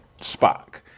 Spock